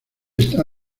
esta